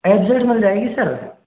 F Z मिल जाएगी sir